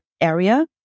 area